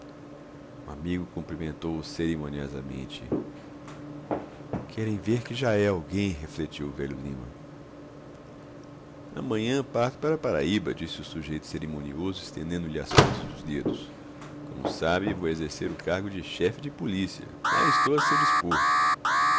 o amigo cumprimentou-o cerimoniosamente querem ver que já é alguém refletiu o velho lima amanhã parto para a paraíba disse o sujeito cerimonioso estendendo-lhe as pontas dos dedos como sabe vou exercer o cargo de chefe de polícia lá estou a seu dispor